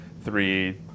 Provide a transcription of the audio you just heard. three